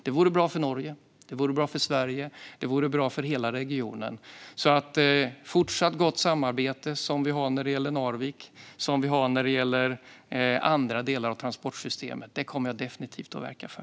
Det vore bra för Norge, det vore bra för Sverige och det vore bra för hela regionen. Fortsatt gott samarbete, som vi har när det gäller Narvik och när det gäller andra delar av transportsystemet, kommer jag alltså definitivt att verka för.